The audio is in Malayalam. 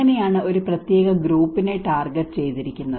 അങ്ങനെയാണ് ഒരു പ്രത്യേക ഗ്രൂപ്പിനെ ടാർഗറ്റ് ചെയ്തിരിക്കുന്നത്